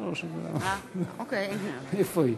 או שזה לא, איפה היא?